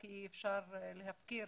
כי אי אפשר להפקיר